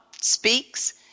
speaks